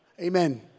amen